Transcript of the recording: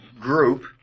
group